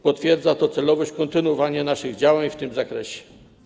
Potwierdza to celowość kontynuowania naszych działań w tym zakresie.